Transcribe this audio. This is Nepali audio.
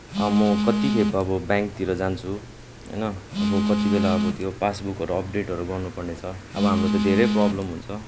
म कतिखेप अब ब्याङ्कतिर जान्छु होइन अब कतिबेला अब त्यो पासबुकहरू अपडेटहरू गर्नु पर्नेछ अब हाम्रो त धेरै प्रोब्लम हुन्छ